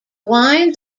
wines